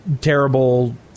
terrible